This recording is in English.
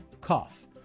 cough